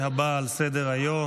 אדוני,